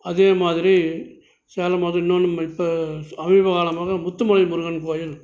அதே மாதிரி சேலம் மாதிரி இன்னொன்னும் இப்போ சமீப காலமாக முத்துமலை முருகன் கோயில்